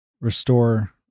restore